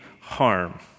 harm